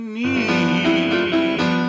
need